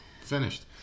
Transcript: finished